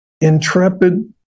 intrepid